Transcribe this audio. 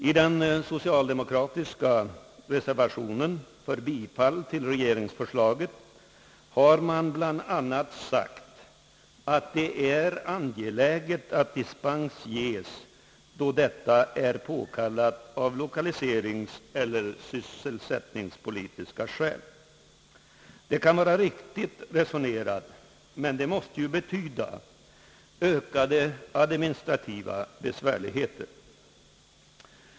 I den socialdemokratiska reservatio nen för bifall till regeringsförslaget har sagts bl.a. att det är angeläget att dispens ges, då detta är påkallat av lokaliseringseller sysselsättningspolitiska skäl. Det kan vara riktigt resonerat, men det måste ju betyda ökade administrativa besvärligheter.